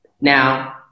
Now